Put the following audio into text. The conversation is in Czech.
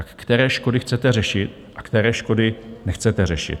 Tak které škody chcete řešit a které škody nechcete řešit?